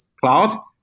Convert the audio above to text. cloud